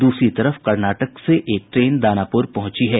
दूसरी तरफ कर्नाटक से एक ट्रेन दानापुर पहुंची है